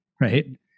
right